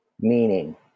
meaning